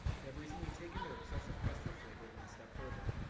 they have recently taken their obsessive quest for flavor one step further,